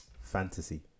fantasy